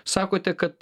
sakote kad